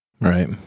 Right